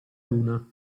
luna